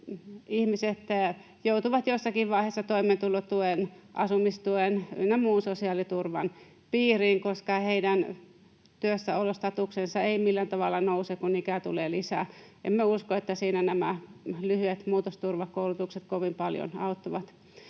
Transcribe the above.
vaiheessa toimeentulotuen, asumistuen ynnä muun sosiaaliturvan piiriin, koska heidän työssäolostatuksensa ei millään tavalla nouse, kun ikää tulee lisää. Emme usko, että siinä nämä lyhyet muutosturvakoulutukset kovin paljon auttavat.